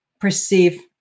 perceive